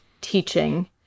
teaching